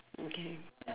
okay